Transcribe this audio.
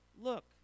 look